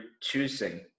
choosing